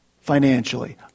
financially